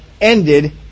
ended